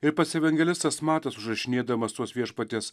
ir pats evangelistas matas užrašinėdamas tuos viešpaties